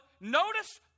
notice